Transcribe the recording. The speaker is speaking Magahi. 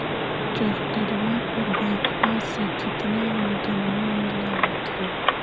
ट्रैक्टरबा पर बैंकबा से कितना अनुदन्मा मिल होत्थिन?